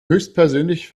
höchstpersönlich